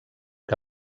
que